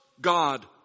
God